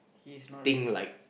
his knowledge